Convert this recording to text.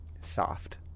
soft